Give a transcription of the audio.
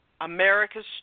America's